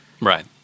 Right